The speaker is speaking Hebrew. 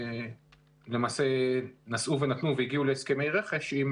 הן נשאו ונתנו והגיעו להסכמי רכש עם